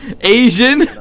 Asian